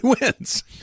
wins